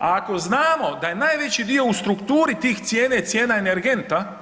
A ako znamo da je najveći dio u strukturi tih cijena, cijena energenta,